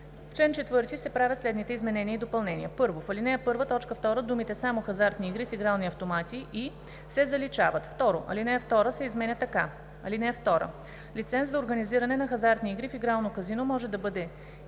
В чл. 4 се правят следните изменения и допълнения: 1. В ал. 1, т. 2 думите „само хазартни игри с игрални автомати и“ се заличават. 2. Алинея 2 се изменя така: „(2) Лиценз за организиране на хазартни игри в игрално казино може да бъде